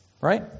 right